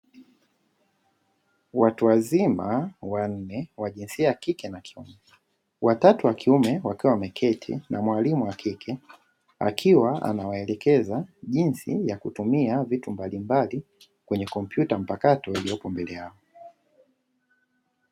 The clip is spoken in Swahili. Watu wazima wanne wa jinsia ya kike na kiume, watatu wa kiume wakiwa wameketi na mwalimu wa kike akiwa anawaelekeza jinsi ya kutumia vitu mbalimbali kwenye kompyuta mpakato iliyopo mbele yao.